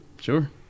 Sure